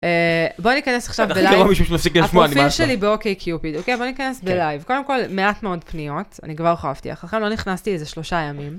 בוא ניכנס עכשיו בלייב, הפרופיל שלי באוקיי קיופיד, בואי ניכנס בלייב, קודם כל מעט מאוד פניות, אני כבר יכולה להבטיח לך. נכון, לא נכנסתי איזה שלושה ימים.